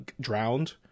drowned